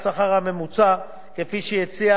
כפי שהציעה הממשלה מלכתחילה,